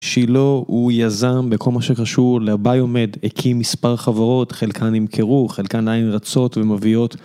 שילה הוא יזם בכל מה שקשור לביומד, הקים מספר חברות, חלקן נמכרו, חלקן עדיין רצות ומביאות